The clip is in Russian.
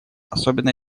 особенно